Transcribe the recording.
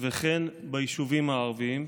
וכן ביישובים הערביים.